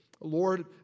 Lord